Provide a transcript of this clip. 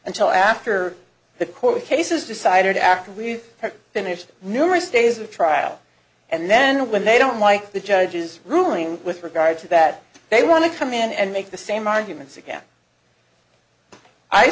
until after the court case is decided after we've had finished numerous days of trial and then when they don't like the judge's ruling with regard to that they want to come in and make the same arguments again i